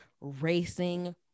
racing